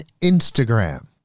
Instagram